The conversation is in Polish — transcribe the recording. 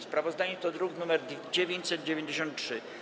Sprawozdanie to druk nr 993.